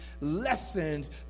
lessons